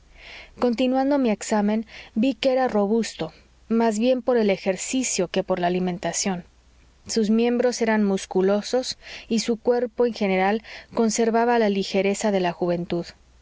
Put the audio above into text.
continuando mi examen ví que era robusto más bien por el ejercicio que por la alimentación sus miembros eran musculosos y su cuerpo en general conservaba la ligereza de la juventud